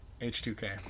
H2K